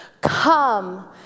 Come